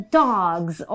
dogs